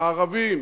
הערבים.